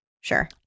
Sure